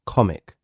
Comic